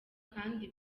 kandi